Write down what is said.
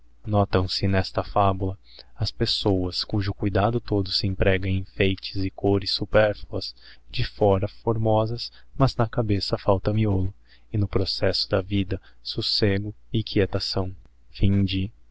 preciosa notão se nesta fabula as pessoas cujo cuidado todo se emprega em enfeites e cores superlluas de fora formosas mas na cabeça falta miolo e iio processo da vida socego e quietarão kí